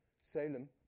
Salem